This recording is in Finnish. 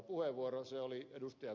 se oli ed